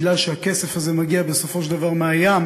מכיוון שהכסף הזה מגיע בסופו של דבר מהים,